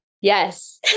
yes